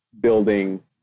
building